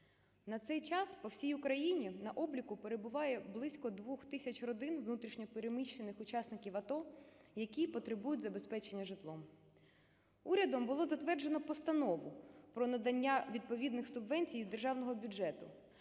На цей час по всій Україні на обліку перебуває близько 2 тисяч родин внутрішньо переміщених учасників АТО, які потребують забезпечення житлом. Урядом було затверджено Постанову про надання відповідних субвенцій з державного бюджету.